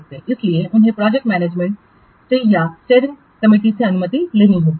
इसलिए उन्हें project management से या स्टीयरिंग समितियों से अनुमति लेनी होगी